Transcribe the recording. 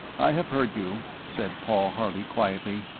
i have heard you, said paul harley, quietly,